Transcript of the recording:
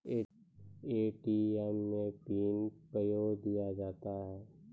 ATM मे PIN कयो दिया जाता हैं?